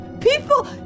People